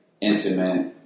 intimate